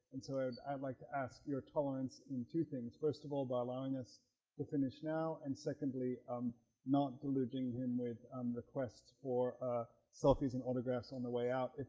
and so i'd i'd like to ask your tolerance in two things first of all by allowing us to finish now and secondly um not deluding him with um the quest for ah selfies and autographs on the way out.